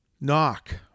knock